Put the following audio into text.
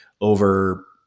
over